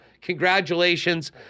congratulations